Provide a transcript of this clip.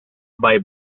bei